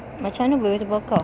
macam mana boleh terbakar